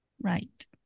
right